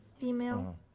female